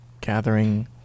gathering